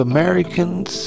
Americans